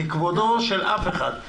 מכבודו של אף אחד.